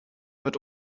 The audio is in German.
wird